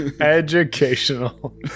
Educational